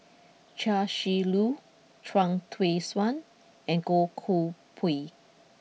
Chia Shi Lu Chuang Hui Tsuan and Goh Koh Pui